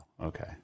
Okay